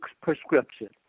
prescription